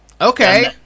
Okay